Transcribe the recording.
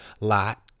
lot